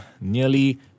nearly